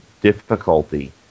difficulty